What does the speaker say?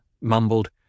mumbled